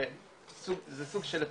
זה סוג של הפסד.